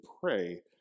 pray